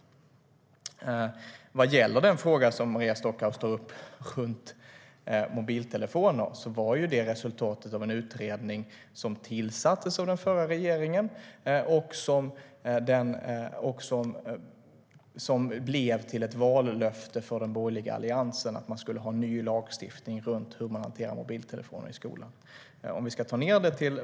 När det gäller den fråga som Maria Stockhaus tog upp om mobiltelefoner var ju det resultatet av en utredning som tillsattes av den förra regeringen och som blev till ett vallöfte från den borgerliga alliansen, att man skulle ha en ny lagstiftning för hur mobiltelefoner skulle hanteras i skolan.